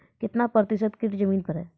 कितना प्रतिसत कीट जमीन पर हैं?